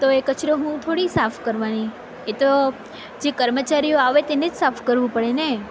તો એ કચરો હું થોડી સાફ કરવાની એ તો જે કર્મચારી આવે એને જ સાફ કરવું પડે ને